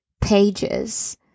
pages